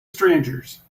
strangers